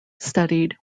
studied